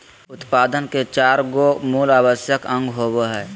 उत्पादन के चार गो मूल आवश्यक अंग होबो हइ